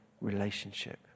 relationship